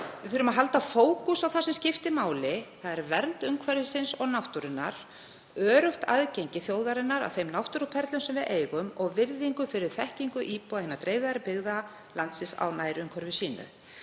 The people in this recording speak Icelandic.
Við þurfum að halda fókus á það sem skiptir máli, þ.e. vernd umhverfisins og náttúrunnar, öruggt aðgengi þjóðarinnar að þeim náttúruperlum sem við eigum og virðingu fyrir þekkingu íbúa hinna dreifðari byggða landsins á nærumhverfi sínu.